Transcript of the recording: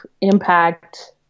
impact